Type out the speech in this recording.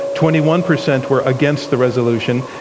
twenty one percent were against the resolution,